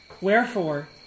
Wherefore